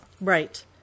Right